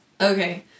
Okay